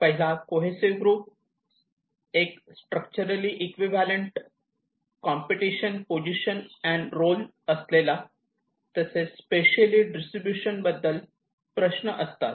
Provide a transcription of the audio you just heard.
पहिला cohesive groups एक structurally equivalent competition position and role असलेला तसेच स्पेशयली डिस्ट्रीब्यूशन बद्दल प्रश्न असतात